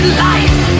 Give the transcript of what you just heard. life